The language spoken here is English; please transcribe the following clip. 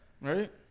right